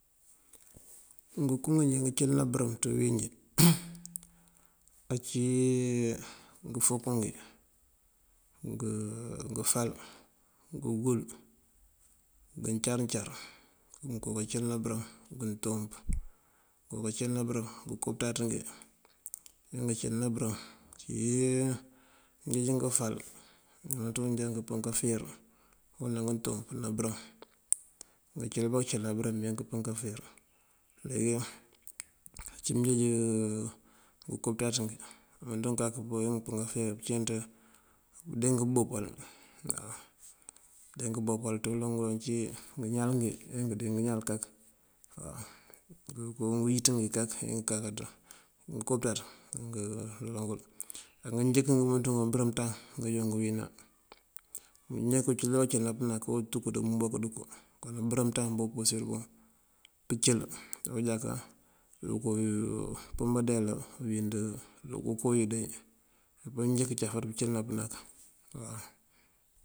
Ngënko nganjeej ngëncëlëna bërëm ţí bíwín ací: ngëfúkú ngí, ngëfal, ngëngul, ngëncarëcar ngonko kancëlëna bërëm, ngëntúmp ngonko kancëlëna bërëm, ngënko pënţaţ ngí ajá ngëncëlëna bërëm. Uncí mënjeej ngëfál ngëmënţ ngun ajá ngandoo ngëmpën kafer fora ná ngëntúmp ná bërëm ngancëli bá cëli ná bërëm meenk umpën kafer. Leengí uncí mënjeej ngënko pënţaţ ngí umënţun kak upurir pëncí kafer uncínt pënde ngëboopal waw, pënde ngëboopal. Ţuloŋ ngëloŋ ací ngëñáal ngí, ajá ngënde ngëñáal kak waw. Ngënko ngëwíţ ngí kak ajá kakande ngënko pëţaţ ngëloŋ ngël. Angënjënk ngëmënţú ngun bërëm ţañ uwí joon ngëwína, unjënk cëlina bankëcëlina pënak otúk ţun umoba duko. Konak bërëm ţañ dí umpurësir dun pëncël ojáka okoo pën bandeela unde kowí unde unjënk caraţ pëncëlëna pënak.